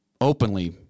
openly